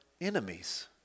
enemies